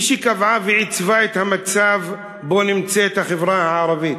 היא שקבעה ועיצבה את המצב שבו נמצאת החברה הערבית,